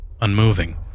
unmoving